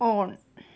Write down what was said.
on